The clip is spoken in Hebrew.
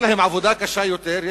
יש להם עבודה קשה יותר,